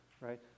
right